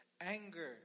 anger